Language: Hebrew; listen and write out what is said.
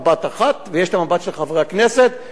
ויש המבט של חברי הכנסת שאני מוקיר.